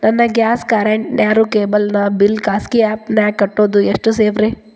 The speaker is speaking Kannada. ನನ್ನ ಗ್ಯಾಸ್ ಕರೆಂಟ್, ನೇರು, ಕೇಬಲ್ ನ ಬಿಲ್ ಖಾಸಗಿ ಆ್ಯಪ್ ನ್ಯಾಗ್ ಕಟ್ಟೋದು ಎಷ್ಟು ಸೇಫ್ರಿ?